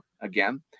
again